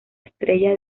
estrella